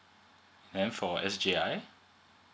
then for s j I